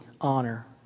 honor